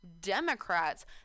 Democrats